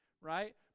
right